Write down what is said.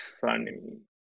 funny